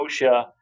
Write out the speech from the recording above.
OSHA